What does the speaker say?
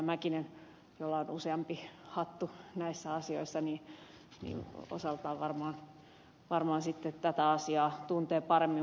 mäkinen jolla on useampi hattu näissä asioissa osaltaan varmaan sitten tätä asiaa tuntee paremmin